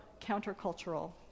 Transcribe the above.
countercultural